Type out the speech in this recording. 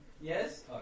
Yes